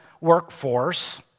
workforce